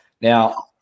Now